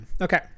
Okay